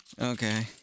Okay